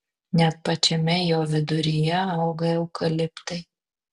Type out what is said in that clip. net pačiame jo viduryje auga eukaliptai